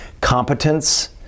competence